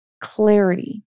clarity